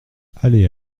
allée